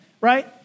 right